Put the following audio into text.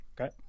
okay